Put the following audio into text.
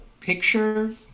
picture